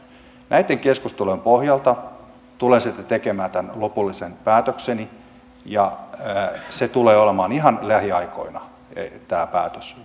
näitten keskustelujen pohjalta tulen sitten tekemään tämän lopullisen päätökseni ja tämä päätös tulee olemaan ihan lähiaikoina julkinen